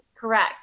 correct